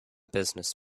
business